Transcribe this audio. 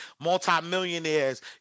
multimillionaires